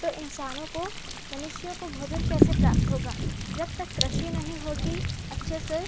तो इंसानों को मनुष्यों को भोजन कैसे प्राप्त होगा जब तक कृषि नहीं होगी अच्छे से